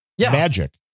magic